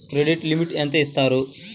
Credit limit ఎంత ఇస్తారు?